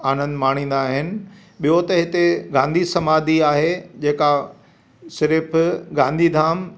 आनंद माणींदा आहिनि ॿियो त हिते गांधी समाधी आहे जेका सिर्फ़ु गांधीधाम